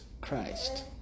Christ